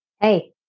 Hey